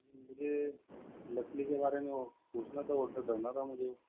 مجھے مچھلی کے بارے میں پوچھنا تھا آڈر کرنا تھا مجھے